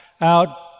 out